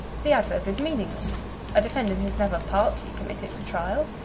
the adverb is meaningless a defendant is never partly committed for trial.